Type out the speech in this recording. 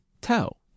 tell